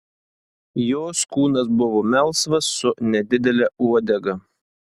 jos kūnas buvo melsvas su nedidele uodega